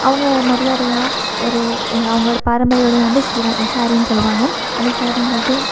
அவங்க மரியாதையாக ஒரு அவங்களோட பாரம்பரிய உடையை வந்து சேல ஸாரின்னு சொல்லுவாங்க அந்த ஸாரிங்குறது